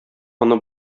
аны